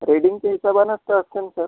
रीडिंगच्या हिशोबानंच तर असतं ना सर